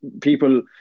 people